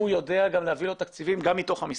הוא יודע להביא לו תקציבים גם מתוך המשרד.